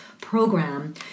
program